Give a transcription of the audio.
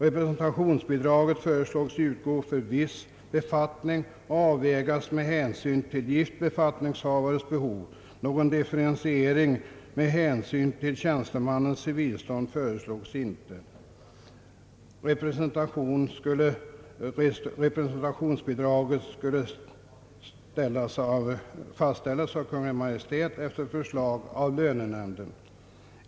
Representationsbidraget föreslogs utgå för viss befattning och avvägas med hänsyn till gift befattningshavares behov. Någon differentiering med hänsyn till tjänstemannens civilstånd föreslogs inte. Representationsbidragen skulle = fastställas av Kungl. Maj:t efter förslag av lönenämnden.